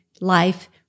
life